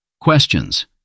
Questions